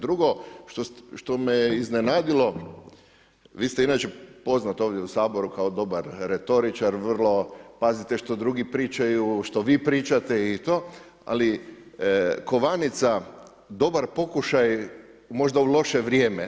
Drugo što me je iznenadilo, vi ste inače poznati ovdje u Saboru kao dobar retoričar, vrlo pazite što drugi pričaju, što vi pričate i to, ali kovanica, dobar pokušaj, možda u loše vrijeme.